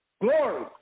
glory